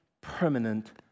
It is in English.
permanent